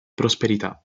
prosperità